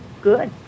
Good